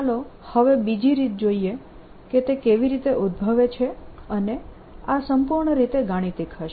ચાલો હવે બીજી રીત જોઈએ કે તે કેવી રીતે ઉદભવે છે અને આ સંપૂર્ણ રીતે ગાણિતિક હશે